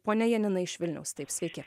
ponia janina iš vilniaus taip sveiki